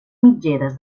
mitgeres